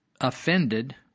offended